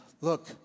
look